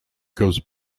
goes